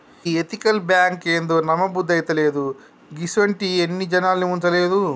ఈ ఎతికల్ బాంకేందో, నమ్మబుద్దైతలేదు, గిసుంటియి ఎన్ని జనాల్ని ముంచలేదు